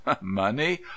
money